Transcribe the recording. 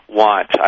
want